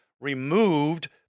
removed